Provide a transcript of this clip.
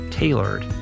Tailored